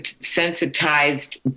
sensitized